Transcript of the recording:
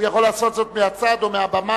הוא יכול לעשות זאת מהצד או מהבמה,